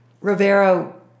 Rivero